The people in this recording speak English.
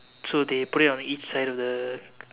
so they put it on each side of the